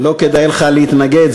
לא כדאי לך להתנגד.